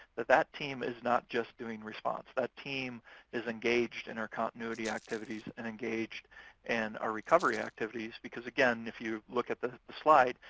that that team is not just doing response. that team is engaged in our continuity activities and engaged in and our recovery activities. because, again, if you look at the slide,